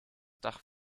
dach